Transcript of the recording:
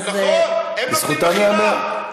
לזכותם ייאמר.